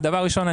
אז דבר ראשון,